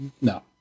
no